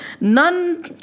None